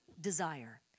desire